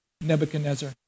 Nebuchadnezzar